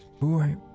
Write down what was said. boy